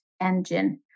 engine